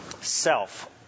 self